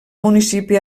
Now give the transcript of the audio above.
municipi